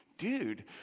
dude